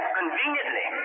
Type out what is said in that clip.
conveniently